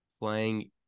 playing